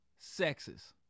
sexist